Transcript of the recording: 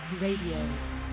Radio